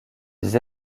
les